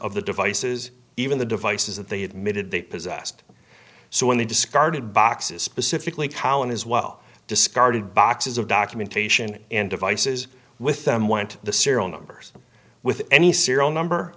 of the devices even the devices that they admitted they possessed so when they discarded boxes specifically colonies well discarded boxes of documentation and devices with them went the serial numbers with any serial number